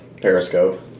periscope